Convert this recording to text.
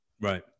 Right